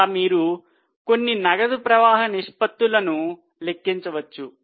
అలా మీరు కొన్ని నగదు ప్రవాహ నిష్పత్తులను లెక్కించవచ్చు